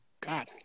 God